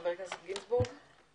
חבר הכנסת גינזבורג, בבקשה.